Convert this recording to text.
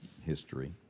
history